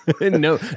no